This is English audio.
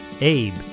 Abe